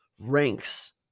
ranks